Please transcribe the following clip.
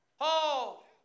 Paul